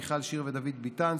מיכל שיר סגמן ודוד ביטן,